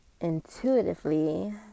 intuitively